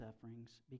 sufferings